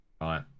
Right